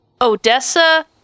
Odessa